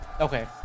okay